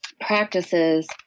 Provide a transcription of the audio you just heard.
practices